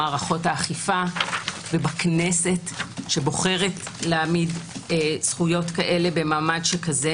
במערכות האכיפה ובכנסת שבוחרת להעמיד זכויות כאלה במעמד שכזה.